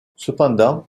cependant